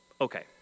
Okay